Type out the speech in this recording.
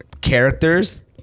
characters